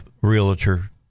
realtor